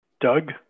Doug